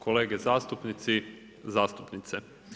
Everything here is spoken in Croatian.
Kolege zastupnici, zastupnice.